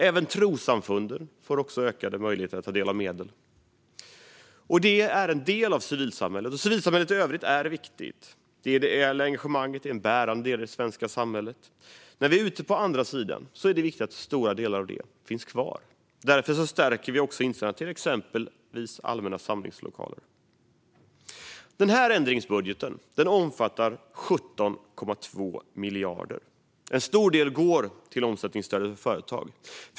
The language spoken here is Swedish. Även trossamfunden får ökade möjligheter att ta del av medel. Det här är en del av civilsamhället, och civilsamhället är viktigt. Det ideella engagemanget är en bärande del i det svenska samhället. När vi är ute på andra sidan är det viktigt att stora delar av det finns kvar. Därför stärker vi också insatserna till exempelvis allmänna samlingslokaler. Den här ändringsbudgeten omfattar 17,2 miljarder. En stor del går till omsättningsstödet för företag.